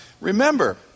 remember